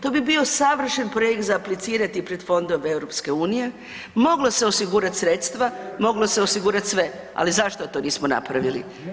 To bi bio savršen projekt za aplicirati pred fondove EU, moglo se osigurat sredstva, moglo se osigurat sve, ali zašto to nismo napravili?